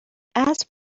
اسب